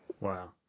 Wow